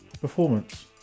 performance